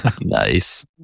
Nice